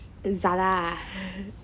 zara